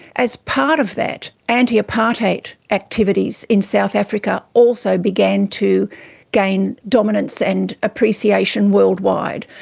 as part of that, anti-apartheid activities in south africa also began to gain dominance and appreciation worldwide.